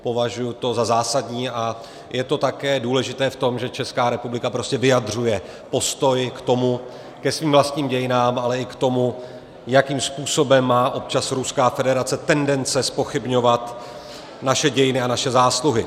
Považuji to za zásadní a je to také důležité v tom, že Česká republika prostě vyjadřuje postoj ke svým vlastním dějinám, ale i k tomu, jakým způsobem má občas Ruská federace tendence zpochybňovat naše dějiny a naše zásluhy.